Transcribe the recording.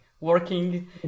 working